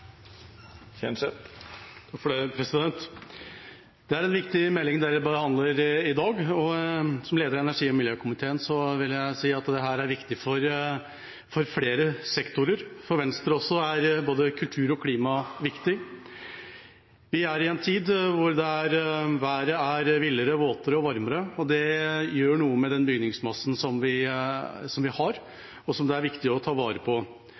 som leder av energi- og miljøkomiteen vil jeg si at dette er viktig for flere sektorer. For Venstre er både kultur og klima viktig. Vi er i en tid hvor været er villere, våtere og varmere. Det gjør noe med bygningsmassen vi har, og som det er viktig å ta vare på.